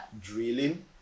drilling